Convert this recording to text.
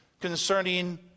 concerning